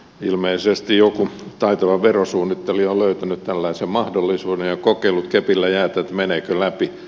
ilmeisesti joku taitava verosuunnittelija on löytänyt tällaisen mahdollisuuden ja kokeillut kepillä jäätä meneekö läpi